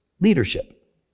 leadership